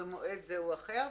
במועד זה או אחר.